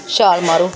ਛਾਲ ਮਾਰੋ